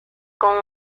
con